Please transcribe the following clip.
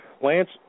Lance